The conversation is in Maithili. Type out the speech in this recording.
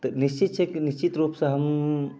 तऽ निश्चित छै की निश्चित रूपसे